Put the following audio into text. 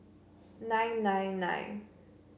nine nine nine